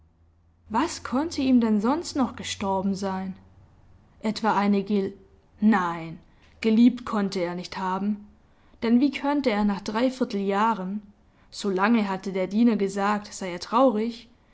was konnte ihm denn sonst noch gestorben sein etwa eine gel nein geliebt konnte er nicht haben denn wie könnte er nach drei vierteljahren so lange hatte der diener gesagt sei er traurig